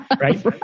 Right